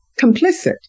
complicit